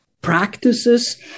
practices